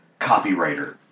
copywriter